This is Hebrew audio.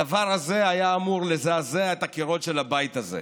הדבר הזה היה אמור לזעזע את הקירות של הבית הזה,